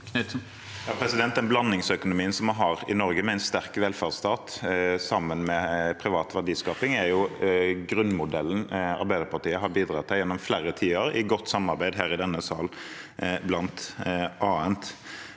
Den blandingsøkono- mien vi har i Norge, med en sterk velferdsstat sammen med privat verdiskaping, er grunnmodellen Arbeiderpartiet har bidratt til gjennom flere tiår, bl.a. i godt samarbeid her i denne sal. Stortinget